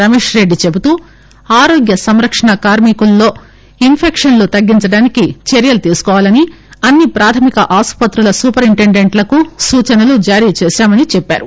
రమేష్ రెడ్డి చెబుతూ ఆరోగ్య సంరక్షణ కార్మి కులలో ఇస్పెక్షన్ లు తగ్గించడానికి అన్ని చర్యలు తీసుకోవాలని ప్రాథమిక ఆసుపత్రుల సూపరింటెండెంట్లకు సూచనలు జారీ చేశామని చెప్పారు